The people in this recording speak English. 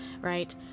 right